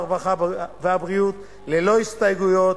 הרווחה והבריאות ללא הסתייגויות,